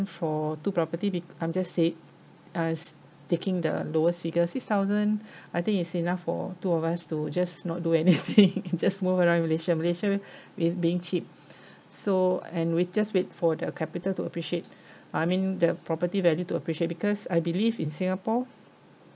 for two property be~ I'm just saying as taking the lowest figure six thousand I think it's enough for two of us to just not do anything just move around in malaysia malaysia is being cheap so and we just wait for the capital to appreciate I mean the property value to appreciate because I believe in singapore